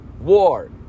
war